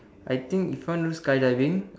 I think if want to do sky diving